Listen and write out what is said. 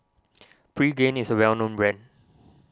Pregain is a well known brand